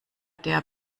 der